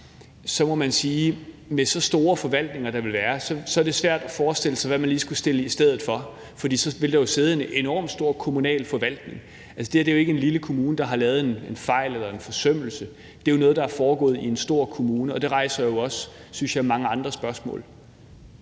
så må man sige, at med så store forvaltninger, der vil være, er det svært at forestille sig, hvad man lige skulle sætte i stedet for, for så ville der jo sidde en enormt stor kommunal forvaltning. Det her er jo ikke en lille kommune, der har lavet en fejl eller en forsømmelse. Det er jo noget, der er foregået i en stor kommune, og det rejser også mange andre spørgsmål,